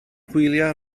hwyliau